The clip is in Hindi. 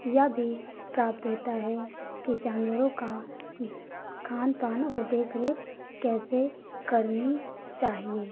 यह भी प्राप्त होता है कि जानवरों का खान पान और देख रेख कैसे करनी चाहिए